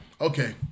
Okay